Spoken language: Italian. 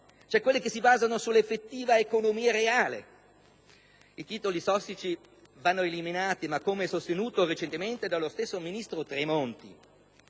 cioè quelle che si basano sull'effettiva economia reale. I titoli tossici vanno eliminati, ma, come sostenuto recentemente dallo stesso ministro Tremonti